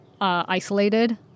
isolated